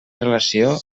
relació